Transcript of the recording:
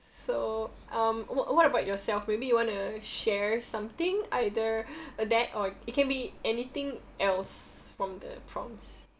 so um w~ what about yourself maybe you want to share something either that or it can be anything else from the prompts